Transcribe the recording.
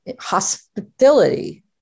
hospitality